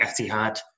Etihad